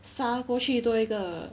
杀过去多一个